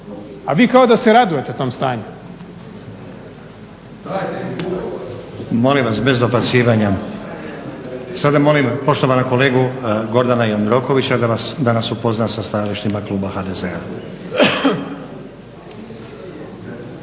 A vi kao da se radujete tom stanju. **Stazić, Nenad (SDP)** Molim vas, bez dobacivanja. Sada molim poštovanog kolegu Gordana Jandrokovića da nas upozna sa stajalištima Kluba HDZ-a.